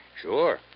Sure